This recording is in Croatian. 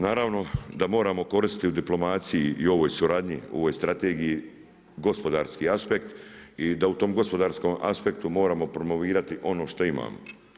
Naravno da moramo koristiti u diplomaciji i ovoj suradnji, ovoj strategiji gospodarski aspekt i da u tom gospodarskom aspektu moramo promovirati ono što imamo.